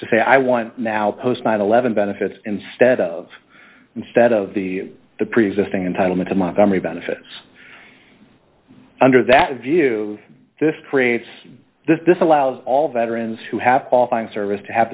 to say i want now post nine hundred and eleven benefits instead of instead of the the preexisting entitlement to montgomery benefits under that view this creates this allows all veterans who have qualifying service to have